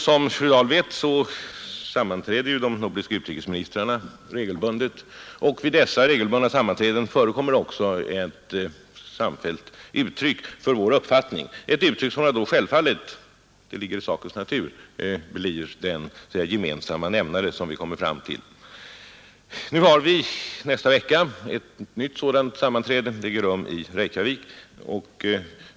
Som fru Dahl vet sammanträder de nordiska utrikesministrarna regelbundet, och vid dessa sammanträden ger vi ett uttryck för vår uppfattning, ett uttryck som då självfallet blir den gemensamma nämnare som vi kommer fram till. I nästa vecka har vi nytt sammanträde — det äger rum i Reykjavik.